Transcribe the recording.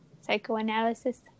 Psychoanalysis